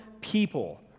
people